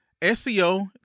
SEO